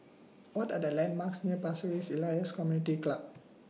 What Are The landmarks near Pasir Ris Elias Community Club